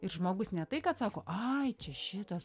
ir žmogus ne tai kad sako ai čia šitas